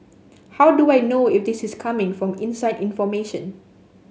how do I know if this is coming from inside information